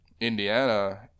Indiana